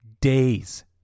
days